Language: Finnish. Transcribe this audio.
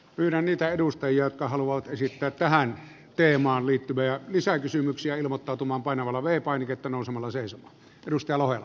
pyydän niitä edustajia jotka haluavat esittää tähän teemaan liittyviä lisäkysymyksiä ilmoittautumaan nousemalla seisomaan ja painamalla v painiketta